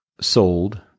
sold